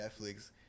Netflix